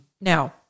Now